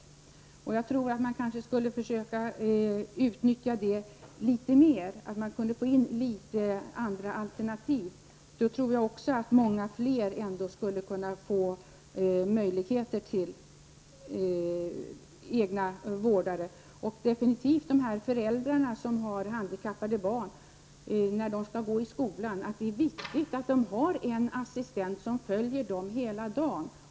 Man skulle kanske försöka utnyttja det litet mer och få in andra alternativ. Då tror jag att många fler skulle kunna få egna vårdare. Det borde definitivt gälla till förmån för de föräldrar som har handikappade barn. När dessa barn skall gå i skolan är det viktigt att de har en assistent som följer dem under hela dagen.